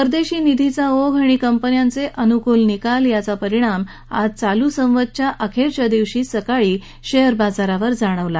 परदेशी निधीचा ओघ आणि कंपन्यांचे अनुकूल निकाल याचा परिणाम आज चालू संवतच्या अखेरच्या दिवशी सकाळी शेअरबाजारावर जाणवला